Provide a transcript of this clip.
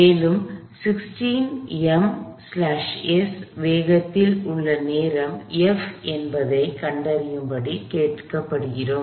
மேலும் 16 ms வேகத்தில் உள்ள நேரம் F என்ன என்பதைக் கண்டறியும்படி கேட்கப்படுகிறோம்